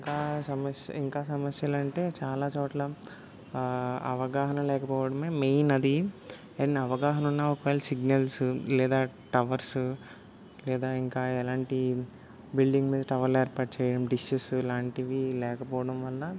ఇంకా సమస్య ఇంకా సమస్యలంటే చాలా చోట్ల అవగాహన లేకపోవడమే మెయిన్ అది అండ్ అవగాహన ఉన్న ఒకవేళ సిగ్నల్స్ లేదా టవర్స్ లేదా ఇంకా ఎలాంటి బిల్డింగ్ మీద టవర్లు ఏర్పాటు చేయడం డిషెస్ ఇలాంటివి లేకపోవడం వల్ల